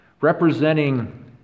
representing